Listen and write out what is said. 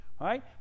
right